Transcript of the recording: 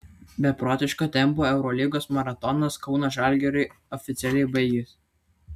beprotiško tempo eurolygos maratonas kauno žalgiriui oficialiai baigėsi